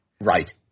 Right